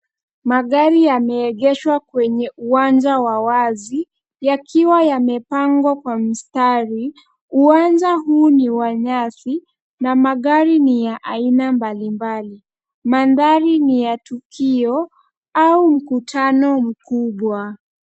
Magari yameegeshwa kwenye uwanja wa wazi, yakiwa yamepangwa kwa mstari. Uwanja huu ni wa nyasi, na magari ni ya aina mbalimbali. Mandhari ni ya tukio, au mkutano mkubwa.